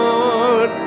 Lord